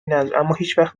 نذر، اماهیچوقت